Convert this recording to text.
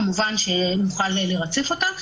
כמובן שנוכל לרצף אותה.